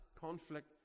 conflict